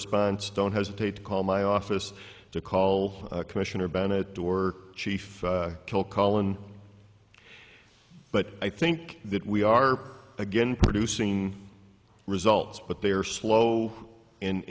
response don't hesitate to call my office to call commissioner bennett door chief tell collin but i think that we are again producing results but they are slow and